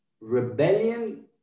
rebellion